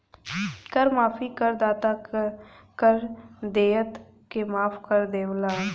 कर माफी करदाता क कर देयता के माफ कर देवला